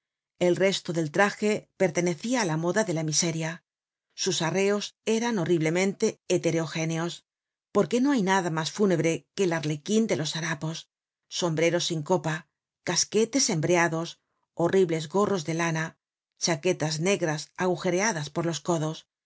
el resto del traje pertenecia á la moda de la miseria sus arreos eran horriblemente hetereogéneos porque no hay nada mas fúnebre que el arlequin de los harapos sombreros sin copa casquetes embreados horribles gorros de lana chaquetas negras agujereadas por los codos